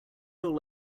all